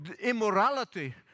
Immorality